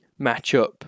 matchup